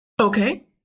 Okay